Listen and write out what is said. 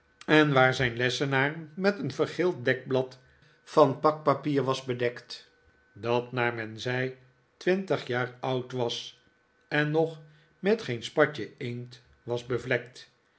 en waar zijn lessenaar met een vergeeld dekblad van pakpapier was bedekt dat naar men zei twintig jaar oud was en nog met geen spatje inkt was bevlekt